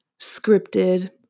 scripted